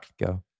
go